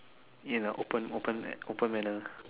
you know open open open manner